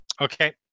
okay